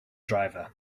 driver